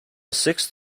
sixth